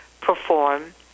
perform